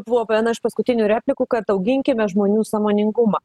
buvo viena iš paskutinių replikų kad auginkime žmonių sąmoningumą